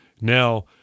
now